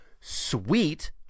sweet